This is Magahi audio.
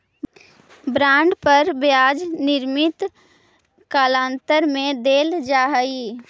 बॉन्ड पर ब्याज निश्चित कालांतर में देल जा हई